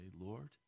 Lord